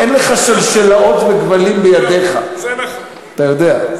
אין לך שלשלאות וכבלים בידיך, אתה יודע.